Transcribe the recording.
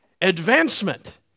advancement